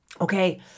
okay